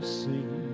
sing